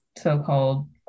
so-called